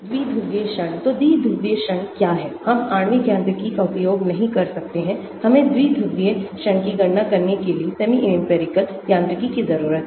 द्विध्रुवीय आघूर्ण तो द्विध्रुवीय आघूर्ण क्या है हम आणविक यांत्रिकी का उपयोग नहीं कर सकते हैं हमें द्विध्रुवीय आघूर्ण की गणना करने के लिए सेमी इंपिरिकल यांत्रिकी की जरूरत है